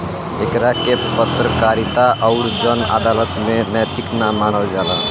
एकरा के पत्रकारिता अउर जन अदालत में नैतिक ना मानल जाला